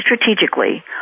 strategically